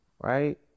right